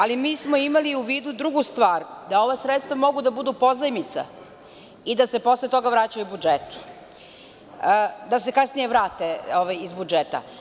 Ali, mi smo imali u vidu drugu stvar, da ova sredstva mogu da budu pozajmica i da se posle toga vraćaju budžetu, da se kasnije vrate iz budžeta.